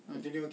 mm